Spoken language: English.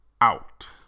out